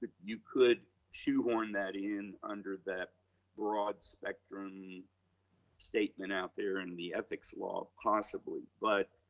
you could shoehorn that in under that broad spectrum statement out there and the ethics law possibly but